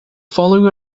following